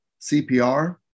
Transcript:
CPR